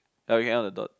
yelling out the thought